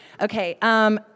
Okay